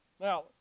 Now